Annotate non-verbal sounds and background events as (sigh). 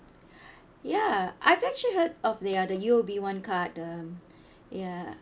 (breath) ya I've actually heard of their the U_O_B one card the ya